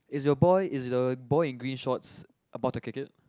is your boy is the boy in green shorts about to kick it